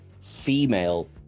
female